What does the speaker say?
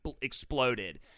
exploded